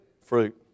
fruit